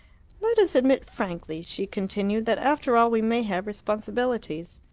let us admit frankly, she continued, that after all we may have responsibilities.